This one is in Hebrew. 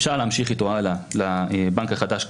אפשר להמשיך איתו הלאה לבנק החדש,